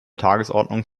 tagesordnung